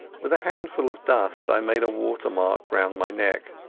with a handful of dust i made a water-mark round my neck,